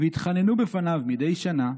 ויתחננו בפניו מדי שנה,